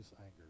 anger